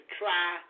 try